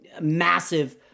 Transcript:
massive